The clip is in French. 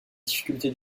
difficulté